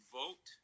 vote